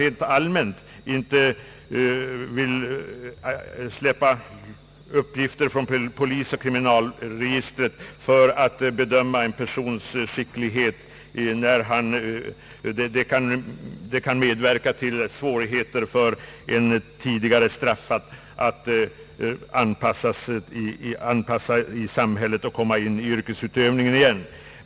Rent allmänt kan sägas att uppgifter från polisoch kriminalregistret inte bör försvåra för en tidigare straffad att anpassa sig i samhället och komma in i förvärvslivet igen.